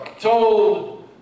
told